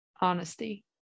Honesty